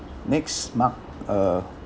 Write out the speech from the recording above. next mark uh